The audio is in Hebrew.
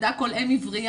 'תדע כל אם עבריה',